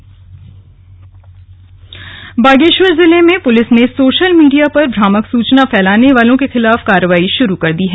भ्रामक सुचना बागे वर जिले में पुलिस ने सोशल मीडिया पर भ्रामक सुचना फैलाने वालों के खिलाफ कार्रवाई शुरू कर दी है